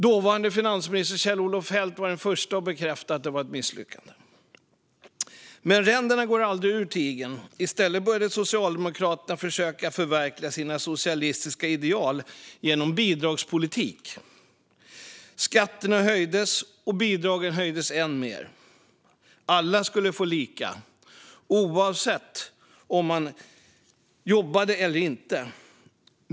Dåvarande finansminister Kjell-Olof Feldt var den första att bekräfta att det var ett misslyckande. Men ränderna går aldrig ur tigern. I stället började Socialdemokraterna försöka förverkliga sina socialistiska ideal genom bidragspolitik. Skatterna höjdes, och bidragen höjdes än mer. Alla skulle få lika mycket, oavsett om man jobbade eller inte.